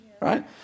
right